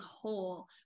whole